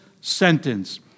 sentence